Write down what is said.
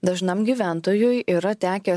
dažnam gyventojui yra tekę